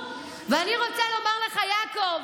ואני רוצה לומר לך, יעקב,